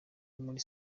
muri